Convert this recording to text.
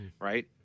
Right